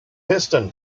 piston